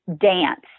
dance